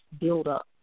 buildup